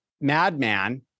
madman